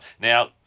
Now